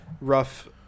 rough